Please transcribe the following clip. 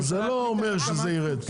אבל זה לא אומר שזה יירד.